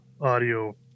audio